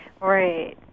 Right